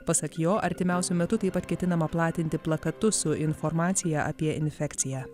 pasak jo artimiausiu metu taip pat ketinama platinti plakatus su informacija apie infekciją